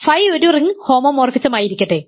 അതിനാൽ ഫൈ ഒരു റിംഗ് ഹോമോമോർഫിസമായിരിക്കട്ടെ